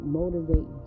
motivate